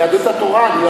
ליהדות התורה, אבל